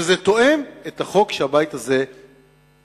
שזה תואם את החוק שהבית הזה חוקק.